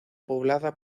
poblada